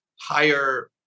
higher